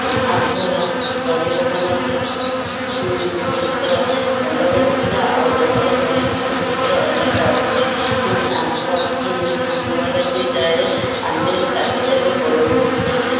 ଆଗର ପରିବହନ କ୍ଷେତ୍ର ଅଲଗା ଥିଲା ଆଉ ଏବର ପରିବହନ କ୍ଷେତ୍ର ଅଲଗା ଅଛି ଆଗ କୁଆଡ଼େ ବି ଯାଏ ଆମେ ଚାଲି ଚାଲି ପଳାଉଥିଲେ